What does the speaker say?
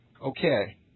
Okay